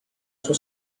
sua